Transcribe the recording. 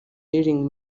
healing